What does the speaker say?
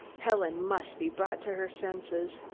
helen must be brought to her senses.